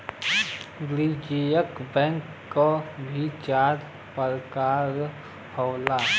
वाणिज्यिक बैंक क भी चार परकार होला